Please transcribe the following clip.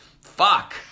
Fuck